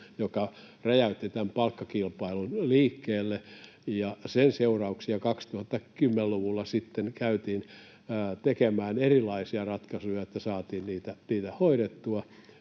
joka räjäytti tämän palkkakilpailun liikkeelle, ja sen seurauksena 2010-luvulla käytiin sitten tekemään erilaisia ratkaisuja, että saatiin niitä hoidettua.